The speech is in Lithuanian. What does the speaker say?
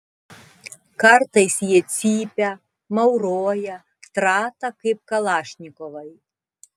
kartais jie cypia mauroja trata kaip kalašnikovai